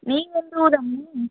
நீங்கள் எந்த ஊர் அம்மனி